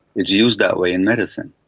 it is used that way in medicine.